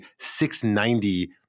690